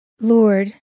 Lord